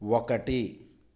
ఒకటి